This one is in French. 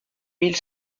mille